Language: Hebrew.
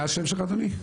מה השם שלך אדוני?